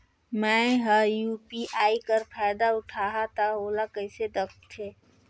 मैं ह यू.पी.आई कर फायदा उठाहा ता ओला कइसे दखथे?